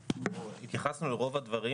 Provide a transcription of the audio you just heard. התייחסנו לרוב הדברים.